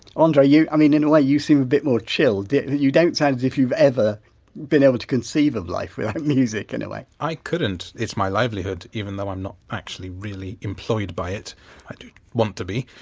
andre, you i mean in you seem a bit more chilled you don't sound as if you've ever been able to conceive of life without music in a way i couldn't, it's my livelihood, even though i'm not actually really employed by it i do want to be.